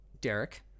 Derek